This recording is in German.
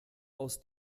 aus